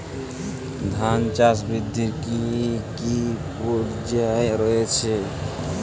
ধান চাষ বৃদ্ধির কী কী পর্যায় রয়েছে?